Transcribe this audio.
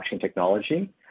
technology